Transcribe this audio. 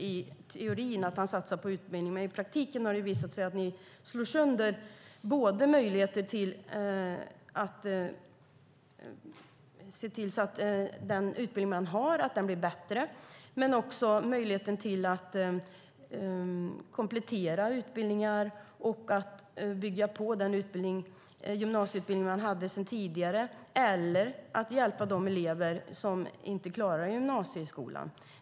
I teorin satsar ni på utbildning, men i praktiken har det visat sig att ni slår sönder möjligheterna att förbättra befintlig utbildning, att komplettera utbildningar, bygga på tidigare gymnasieutbildningar eller att hjälpa de elever som inte klarar gymnasieskolan.